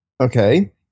Okay